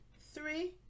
Three